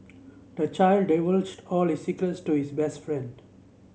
the child divulged all his secrets to his best friend